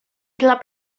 dla